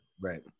right